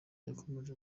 yakomeje